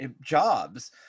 jobs